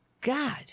God